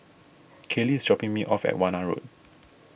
Kayli is dropping me off at Warna Road